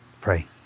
pray